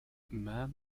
man